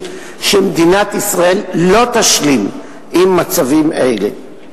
שמדינת ישראל לא תשלים עם מצבים אלה.